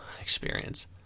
experience